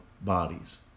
bodies